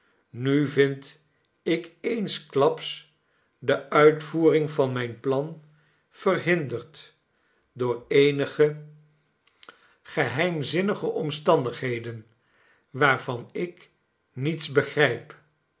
nu vind ik eensklaps de uitvoering van mijn plan verhinderd door eenige geheimzinnige omstandigheden waarvan ik niets begrijp